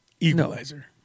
Equalizer